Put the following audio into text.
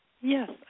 Yes